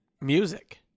music